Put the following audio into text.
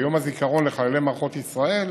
ביום הזיכרון לחללי מערכות ישראל,